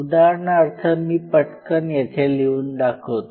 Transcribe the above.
उदाहरणार्थ मी पटकन येथे लिहून दाखवतो